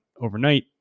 overnight